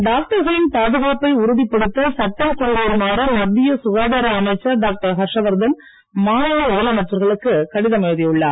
டாக்டர்களின் பாதுகாப்பை உறுதிப்படுத்த சட்டம் கொண்டு வருமாறு மத்திய சுகாதார அமைச்சர் டாக்டர் ஹர்ஷவர்தன் மாநில முதலமைச்சர்களுக்கு கடிதம் எழுதியுள்ளார்